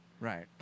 Right